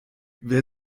wer